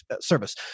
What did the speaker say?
service